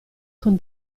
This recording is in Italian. con